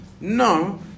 No